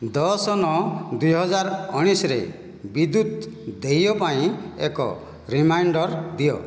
ଦଶ ନଅ ଦୁଇ ହଜାର ଉଣେଇଶିରେ ବିଦ୍ୟୁତ୍ ଦେୟ ପାଇଁ ଏକ ରିମାଇଣ୍ଡର୍ ଦିଅ